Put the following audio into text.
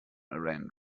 iran